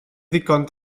ddigon